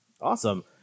Awesome